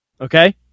Okay